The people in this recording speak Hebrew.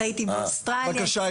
חייתי באוסטרליה,